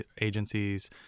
agencies